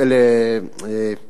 לאיך